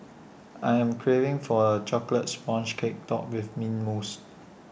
I am craving for A Chocolate Sponge Cake Topped with Mint Mousse